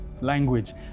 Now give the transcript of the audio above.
language